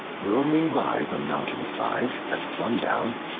roaming by the mountainside at sundown,